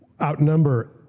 outnumber